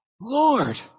Lord